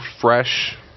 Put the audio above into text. fresh